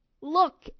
Look